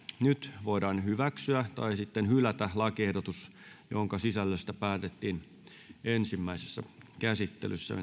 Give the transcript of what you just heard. nyt voidaan hyväksyä tai hylätä lakiehdotus jonka sisällöstä päätettiin ensimmäisessä käsittelyssä